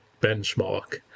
benchmark